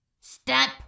Step